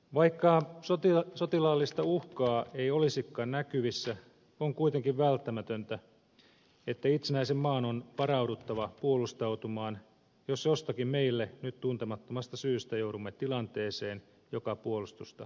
vaikka sotilaallista uhkaa ei olisikaan näkyvissä on kuitenkin välttämätöntä että itsenäisen maan on varauduttava puolustautumaan jos jostakin meille nyt tuntemattomasta syystä joudumme tilanteeseen joka puolustusta edellyttää